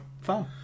Fun